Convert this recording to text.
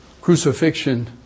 crucifixion